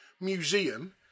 museum